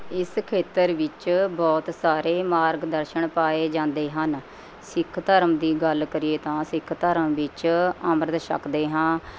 ਇਸ ਖੇਤਰ ਵਿੱਚ ਬਹੁਤ ਸਾਰੇ ਮਾਰਗਦਰਸ਼ਨ ਪਾਏ ਜਾਂਦੇ ਹਨ ਸਿੱਖ ਧਰਮ ਦੀ ਗੱਲ ਕਰੀਏ ਤਾਂ ਸਿੱਖ ਧਰਮ ਵਿੱਚ ਅੰਮ੍ਰਿਤ ਛਕਦੇ ਹਾਂ